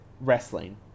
wrestling